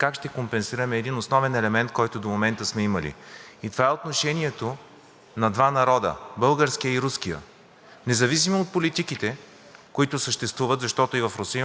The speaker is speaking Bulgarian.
независимо от политиките, които съществуват, защото и в Русия има много лобита, и в България, но все пак това отношение може дълготрайно да помага на нашия народ. Това не се компенсира, не знам как ще го върнем.